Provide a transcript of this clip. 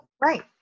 right